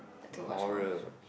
like to watch horror shows